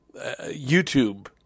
YouTube